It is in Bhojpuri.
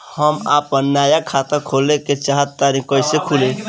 हम आपन नया खाता खोले के चाह तानि कइसे खुलि?